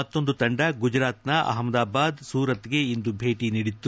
ಮತ್ತೊಂದು ತಂಡ ಗುಜರಾತ್ನ ಅಹಮ್ನದಾಬಾದ್ ಸೂರತ್ಗೆ ಇಂದು ಭೇಟಿ ನೀಡಿತ್ತು